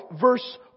verse